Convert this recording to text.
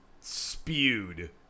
spewed